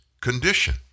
condition